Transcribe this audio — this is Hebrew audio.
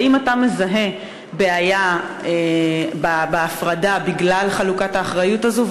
האם אתה מזהה בעיה בהפרדה בגלל חלוקת האחריות הזו,